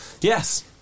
Yes